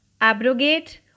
abrogate